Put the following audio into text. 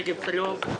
שגב שלום,